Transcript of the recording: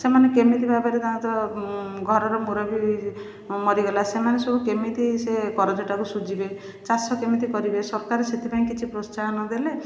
ସେମାନେ କେମିତି ଭାବରେ ତାଙ୍କର ତ ଘରର ମୁରବି ମରିଗଲା ସେମାନେ ସବୁ କେମିତି ସେ କରଜଟାକୁ ସୁଝିବେ ଚାଷ କେମିତି କରିବେ ସରକାର ସେଥିପାଇଁ କିଛି ପ୍ରୋତ୍ସାହନ ଦେଲେ